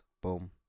boom